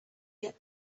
get